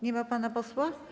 Nie ma pana posła?